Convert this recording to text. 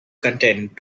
content